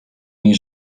niej